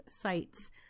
sites